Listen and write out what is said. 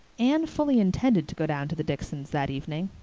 anne fully intended to go down to the dicksons' that evening,